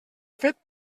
fet